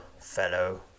fellow